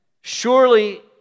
Surely